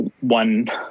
one